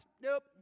Nope